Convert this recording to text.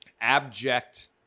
abject